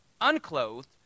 unclothed